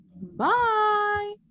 Bye